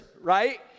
Right